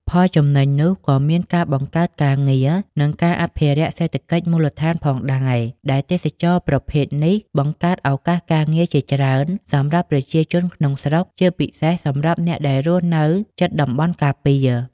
ផលចំណេញនោះក៏មានការបង្កើតការងារ និងការអភិវឌ្ឍសេដ្ឋកិច្ចមូលដ្ឋានផងដែរ ដែលទេសចរណ៍ប្រភេទនេះបង្កើតឱកាសការងារជាច្រើនសម្រាប់ប្រជាជនក្នុងស្រុក ជាពិសេសសម្រាប់អ្នកដែលរស់នៅជិតតំបន់ការពារ។